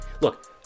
Look